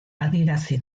adierazi